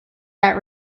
that